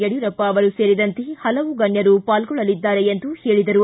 ಯಡಿಯೂರಪ್ಪ ಅವರು ಸೇರಿದಂತೆ ಹಲವು ಗಣ್ಯರು ಪಾಲ್ಗೊಳ್ಳಲಿದ್ದಾರೆ ಎಂದು ಹೇಳಿದರು